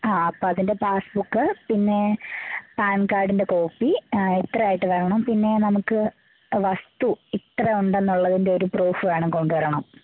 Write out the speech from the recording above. ആ അപ്പോൾ അതിൻ്റെ പാസ്സ്ബുക്ക് പിന്നെ പാൻകാർഡിൻ്റെ കോപ്പി ഇത്രയായിട്ട് വരണം പിന്നെ നമുക്ക് വസ്തു ഇത്ര ഉണ്ടെന്നുള്ളതിൻ്റെ ഒരു പ്രൂഫ് വേണം കൊണ്ടുവരണം